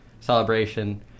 celebration